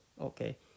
Okay